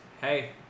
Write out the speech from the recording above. hey